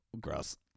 Gross